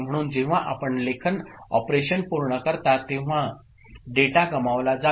म्हणून जेव्हा आपण लेखन ऑपरेशन पूर्ण करता तेव्हा डेटा गमावला जातो